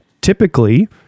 typically